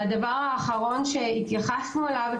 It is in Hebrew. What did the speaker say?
אבל עדיין ישנו שיקול דעת.